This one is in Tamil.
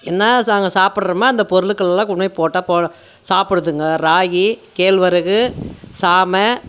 என்ன சாப்பிட்றம அந்த பொருளுக்கெல்லாம் கொண்டி போய் போட்டால் போட சாப்பிடுதுங்க ராகி கேழ்வரகு சாமை